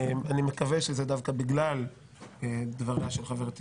אני מקווה שזה דווקא בגלל לדבריה של חברתי